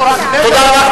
אנחנו רק נגד, תודה.